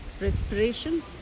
respiration